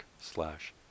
slash